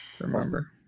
remember